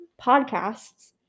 podcasts